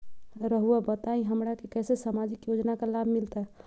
रहुआ बताइए हमरा के कैसे सामाजिक योजना का लाभ मिलते?